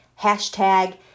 hashtag